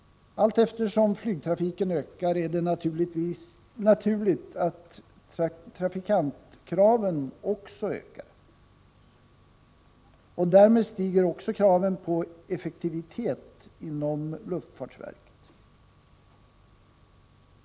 Allteftersom flygtrafiken ökar är det naturligt att också trafikantkraven ökar, och därmed stiger kraven på effektivitet inom luftfartsverket.